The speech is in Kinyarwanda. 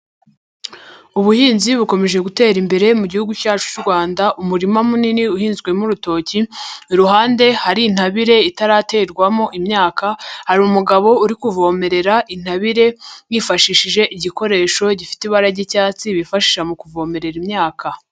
Ubuhinzi bukomeje gutera imbere mu gihugu cyacu cy'u Rwanda, umurima munini uhinzwemo urutoki, iruhande hari intabire itaraterwamo imyaka, hari umugabo uri kuvomerera intabire yifashishije igikoresho gifite ibara ry'icyatsi bifasha mu kuvomerera imyaka.